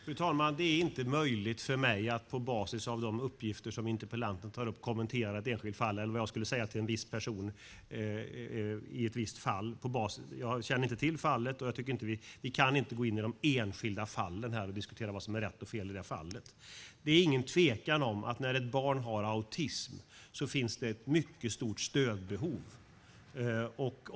Fru talman! Det är inte möjligt för mig att på basis av de uppgifter som interpellanten tar upp kommentera ett enskilt fall eller vad jag skulle säga till en viss person i ett visst fall. Jag känner inte till fallet, och vi kan inte gå in i de enskilda fallen och diskutera vad som är rätt och fel. Det är ingen tvekan om att det, när ett barn har autism, finns ett mycket stort stödbehov.